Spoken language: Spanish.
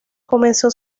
comenzó